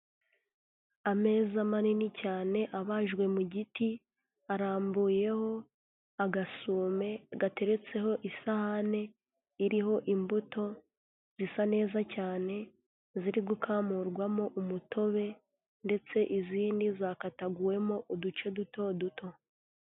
Ameza manini cyane abajwe mu giti, arambuyeho agasume gateretseho isahani iriho imbuto zisa neza cyane, ziri gukamurwamo umutobe ndetse izindi zakataguwemo uduce dutoduto.